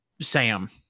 Sam